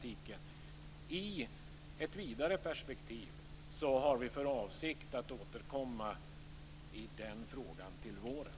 Den motionen tar också upp försurningsproblematiken i ett vidare perspektiv.